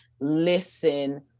listen